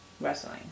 wrestling